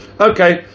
Okay